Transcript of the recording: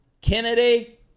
Kennedy